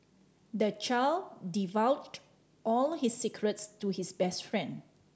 the child divulged all his secrets to his best friend